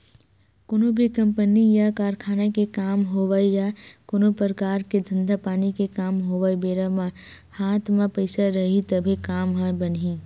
कोनो भी कंपनी या कारखाना के काम होवय या कोनो परकार के धंधा पानी के काम होवय बेरा म हात म पइसा रइही तभे काम ह बनही